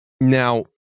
Now